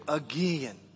again